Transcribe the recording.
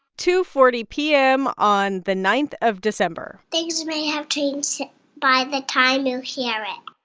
two forty p m. on the ninth of december things may have changed by the time you hear it.